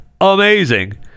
amazing